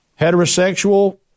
heterosexual